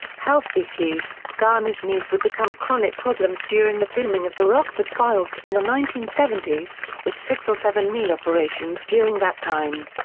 health issues garner's knees would become chronic problems during the filming of the rockford files in the nineteen seventy s, with six or seven knee operations during that time.